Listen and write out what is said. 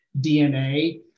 DNA